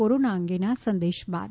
corona અંગેના આ સંદેશ બાદ